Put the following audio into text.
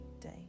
day